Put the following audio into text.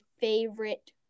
favorite